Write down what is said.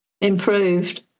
improved